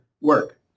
work